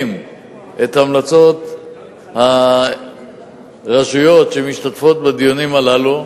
את המלצות הרשויות שמשתתפות בדיונים האלה,